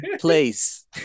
Place